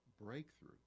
breakthrough